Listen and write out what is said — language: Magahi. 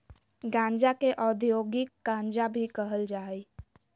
गांजा के औद्योगिक गांजा भी कहल जा हइ